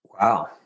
Wow